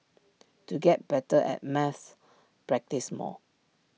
to get better at maths practise more